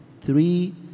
Three